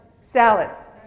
salads